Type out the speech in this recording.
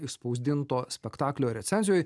išspausdinto spektaklio recenzijoj